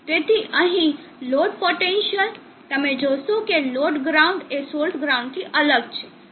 તેથી અહીં load potential તમે જોશો કે લોડ ગ્રાઉન્ડ એ સોર્સ ગ્રાઉન્ડથી અલગ છે